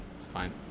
Fine